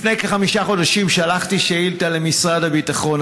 לפני כחמישה חודשים שלחתי שאילתה למשרד הביטחון.